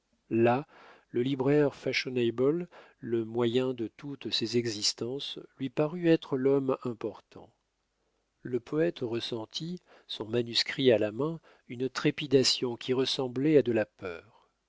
là le libraire fashionable le moyen de toutes ces existences lui parut être l'homme important le poète ressentit son manuscrit à la main une trépidation qui ressemblait à de la peur